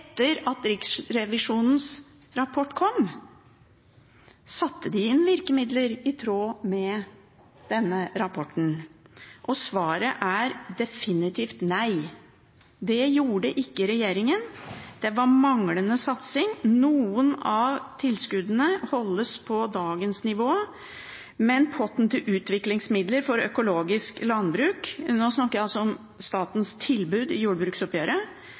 at Riksrevisjonens rapport kom? Satte de inn virkemidler i tråd med denne rapporten? Svaret er definitivt nei, det gjorde ikke regjeringen. Det var manglende satsing. Noen av tilskuddene holdes på dagens nivå, men potten til utviklingsmidler for økologisk landbruk – nå snakker jeg altså om statens tilbud i jordbruksoppgjøret